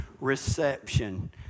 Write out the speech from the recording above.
reception